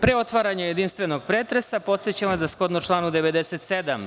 Pre otvaranja jedinstvenog pretresa, podsećam vas da shodno članu 97.